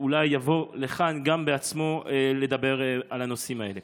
האם נזכה לראות גם את השר בא לכאן בעצמו לדבר על הנושאים האלה?